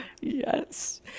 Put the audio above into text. Yes